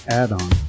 add-on